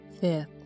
fifth